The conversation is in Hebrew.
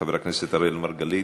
חבר הכנסת אראל מרגלית,